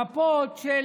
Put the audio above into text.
המפות של